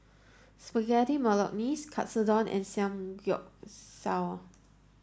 Spaghetti Bolognese Katsudon and Samgyeopsal